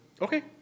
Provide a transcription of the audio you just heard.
okay